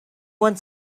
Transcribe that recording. one